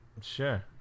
sure